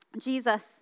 Jesus